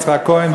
יצחק כהן,